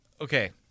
okay